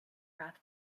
rath